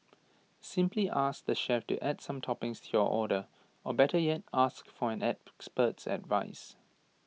simply ask the chef to add some toppings to your order or better yet ask for an expert's advice